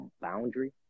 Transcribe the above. boundary